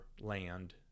land